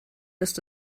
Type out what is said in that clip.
ist